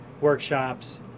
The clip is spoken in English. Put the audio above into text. workshops